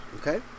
Okay